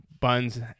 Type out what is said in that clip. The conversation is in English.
Buns